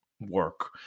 work